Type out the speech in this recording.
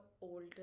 older